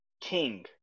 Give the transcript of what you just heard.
King